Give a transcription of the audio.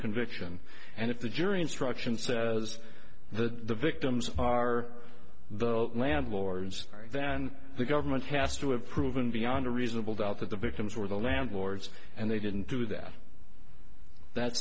conviction and if the jury instruction says the victims are the landlords then the government has to have proven beyond a reasonable doubt that the victims were the landlords and they didn't do that that